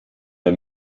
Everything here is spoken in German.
der